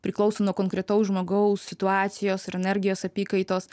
priklauso nuo konkretaus žmogaus situacijos ir energijos apykaitos